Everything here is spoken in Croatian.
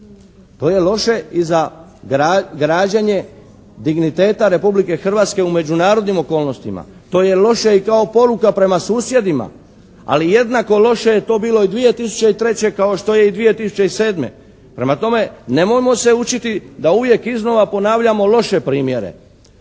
To je loše i za građenje digniteta Republike Hrvatske u međunarodnim okolnostima. To je loše i kao poruka prema susjedima, ali jednako loše je to bilo i 2003. kao što je i 2007. Prema tome, nemojmo se učiti da uvijek iznova ponavljamo loše primjere.